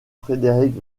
frederick